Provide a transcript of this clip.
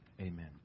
Amen